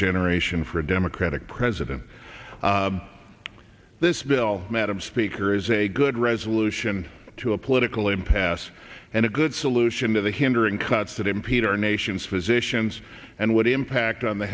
generation for a democratic president this bill madam speaker is a good resolution to a political impasse and a good solution to the hindering cuts that impede our nation's physicians and what impact on the